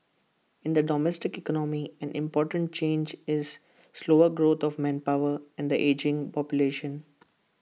in the domestic economy an important change is slower growth of manpower and the ageing population